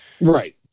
Right